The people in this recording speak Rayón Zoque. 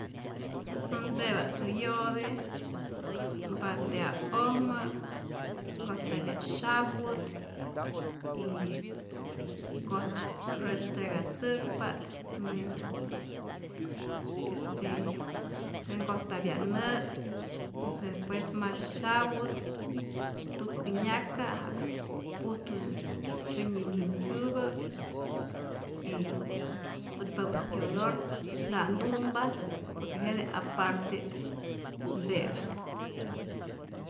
Äj ntzepa't yo'te batea'ojmä, nkojtapya't syaput y kot restregatzäkpa't, me me este nkojtapya't nä', despues mas syaput, tukä nyaka ja'ku pujtu syunyi limpyupä, y putpapä'i kyiolor nta't ntumpa por que jete aparte't ntze'pa.